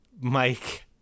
Mike